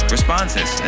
responses